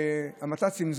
שהמת"צים,